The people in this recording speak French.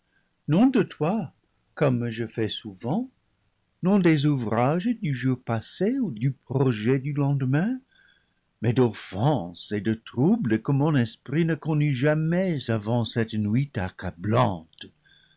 non de toi comme je fais souvent non des ouvrages du jour passé ou du projet du lendemain mais d'offense et de trouble que mon esprit ne connut jamais avant cette nuit accablante